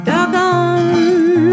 Doggone